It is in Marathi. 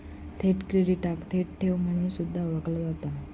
थेट क्रेडिटाक थेट ठेव म्हणून सुद्धा ओळखला जाता